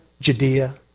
Judea